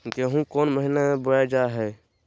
गेहूँ कौन महीना में बोया जा हाय?